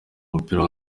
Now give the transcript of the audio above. mupira